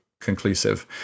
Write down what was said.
conclusive